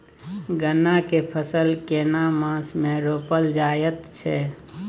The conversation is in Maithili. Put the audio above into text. गन्ना के फसल केना मास मे रोपल जायत छै?